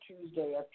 Tuesday